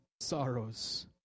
sorrows